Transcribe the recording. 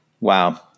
Wow